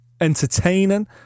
Entertaining